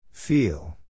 Feel